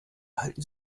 halten